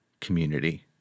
community